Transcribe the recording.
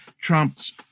Trump's